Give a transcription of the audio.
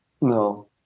no